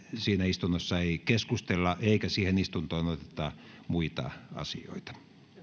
siinä istunnossa ei keskustella eikä siihen istuntoon oteta muita asioita istunto on